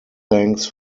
thanks